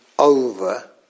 over